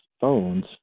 phones